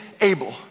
Abel